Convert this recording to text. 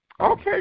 Okay